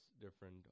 different